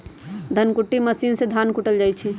धन कुट्टी मशीन से धान कुटल जाइ छइ